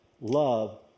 love